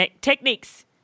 Techniques